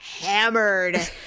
hammered